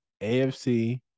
AFC